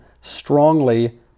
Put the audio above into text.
strongly